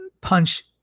punch